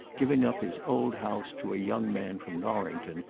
giving up his old house to a young man from norrington,